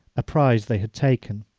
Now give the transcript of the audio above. a prize they had taken.